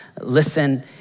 listen